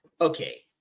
Okay